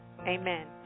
Amen